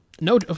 No